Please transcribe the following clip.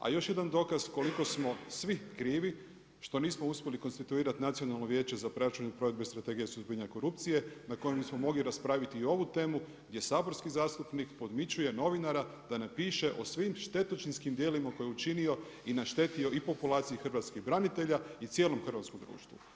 A još jedan dokaz koliko smo svi krivi, što nismo uspjeli konstituirati Nacionalno vijeće za praćenju i provedbu strategiju suzbijanja korupcije, na kojem smo mogli raspraviti i ovu temu, gdje saborski zastupnik, podmićuje novinara da napiše o svim štetočinskim dijelima koje je učinio i naštetio i populaciji hrvatskih branitelja i cijelom hrvatskom društvu.